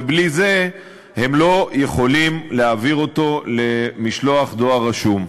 ובלי זה הם לא יכולים להעביר אותו למשלוח דואר רשום.